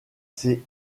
ses